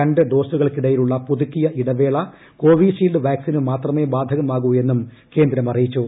രണ്ട് ഡോസുകൾക്കിടയിലുള്ള പുതുക്കിയ ഇടവേള കോവിഷീൽഡ് വാക്സിനു മ്ാത്രമ്മേ ബാധകമാവൂ എന്നും കേന്ദ്രം അറിയിച്ചു